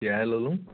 তিয়াই ল'লোঁ